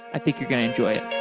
i think you're going to enjoy